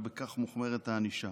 ובכך מוחמרת הענישה: